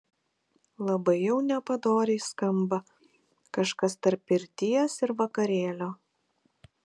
labai jau nepadoriai skamba kažkas tarp pirties ir vakarėlio